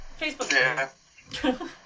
Facebook